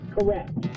Correct